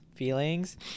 feelings